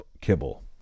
kibble